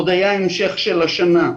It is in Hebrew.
עוד היה המשך של השנה שעברה.